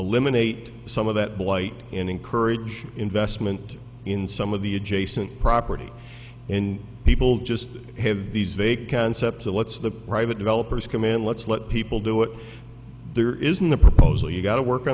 eliminate some of that blight and encourage investment in some of the adjacent property in people just have these vague concepts of what's the private developers command let's let people do it there isn't a proposal you've got to work